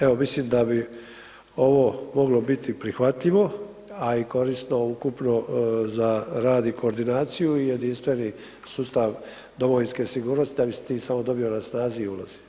Evo, mislim da bi ovo moglo biti prihvatljivo, a i korisno ukupno za rad i koordinaciju i jedinstveni sustav domovinske sigurnosti da bi s tim samo dobio na snazi i ulozi.